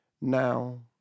Now